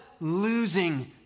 losing